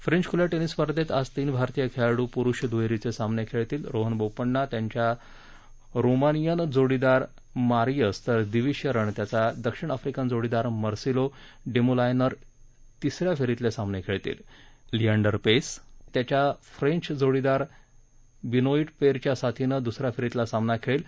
French खुल्या tennis स्पर्धेत आज तीन भारतीय खेळाडू पुरुष दुहेरीचे सामने खेळतील रोहन बोपन्ना त्यांच्या रोमानियन जोडीदार मारिअस कोपिलसह तर दिविज शरण त्यांचा दक्षिण आफ्रिकन जोडीदार मार्सिलो डेमोलायनरसह तिस या फेरीतले सामने खेळीतील लिंडर पेस त्यांचा फ्रेंच जोडीदार बेनोईट पेरच्या साथीनं दुसरा फेरीतला सामना खेळेल